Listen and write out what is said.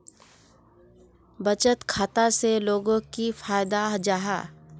बचत खाता से लोगोक की फायदा जाहा?